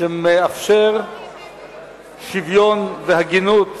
שמאפשר שוויון והגינות